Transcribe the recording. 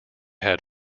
had